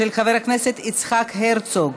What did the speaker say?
של חבר הכנסת יצחק הרצוג.